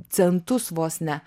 centus vos ne